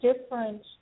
different